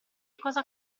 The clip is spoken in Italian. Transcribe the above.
cosa